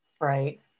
right